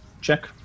check